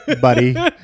buddy